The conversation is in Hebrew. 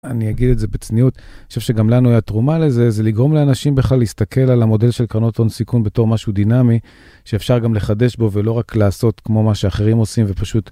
אני אגיד את זה בצניעות. אני חושב שגם לנו היה תרומה לזה. זה לגרום לאנשים בכלל להסתכל על המודל של קרנות הון סיכון בתור משהו דינמי שאפשר גם לחדש בו ולא רק לעשות כמו מה שאחרים עושים ופשוט